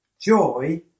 Joy